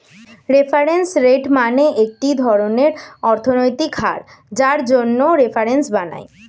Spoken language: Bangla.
রেফারেন্স রেট মানে একটি ধরনের অর্থনৈতিক হার যার জন্য রেফারেন্স বানায়